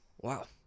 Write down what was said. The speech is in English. Wow